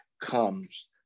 comes